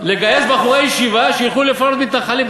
לגייס בחורי ישיבה שילכו לפנות מתנחלים?